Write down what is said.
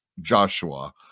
Joshua